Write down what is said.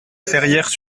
ferrières